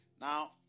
Now